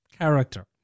character